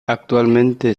actualmente